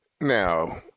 Now